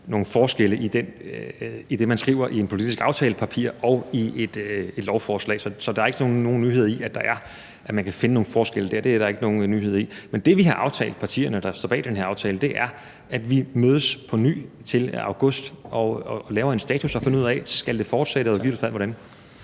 nogle forskelle mellem det, man skriver i et politisk aftalepapir, og det, man skriver i et lovforslag. Så der er ikke nogen nyhed i, at man kan finde nogle forskelle der – det er der ikke. Men det, som partierne, der står bag den her aftale, har aftalt, er, at vi mødes påny til august og laver en status og finder ud af, om det skal fortsætte og i givet fald hvordan.